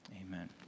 amen